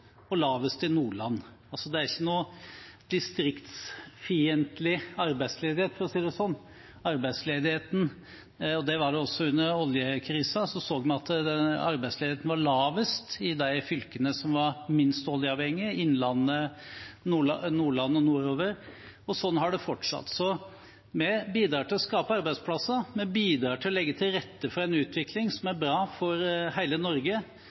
og lavest i Nordland. Det er ikke noen distriktsfiendtlig arbeidsledighet – for å si det slik. Også under oljekrisen så vi at arbeidsledigheten var lavest i de fylkene som var minst oljeavhengige – Innlandet, Nordland og nordover – og slik har det fortsatt. Så vi bidrar til å skape arbeidsplasser, vi bidrar til å legge til rette for en utvikling som er bra for hele Norge,